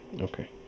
okay